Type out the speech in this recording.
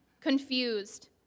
confused